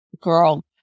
girl